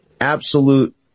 absolute